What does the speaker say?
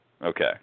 Okay